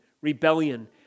rebellion